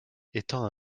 étant